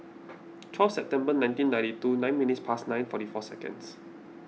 twelve September nineteen ninety two nine minutes past nine forty four seconds